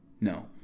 No